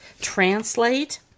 translate